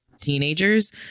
teenagers